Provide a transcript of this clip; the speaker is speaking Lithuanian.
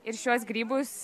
ir šiuos grybus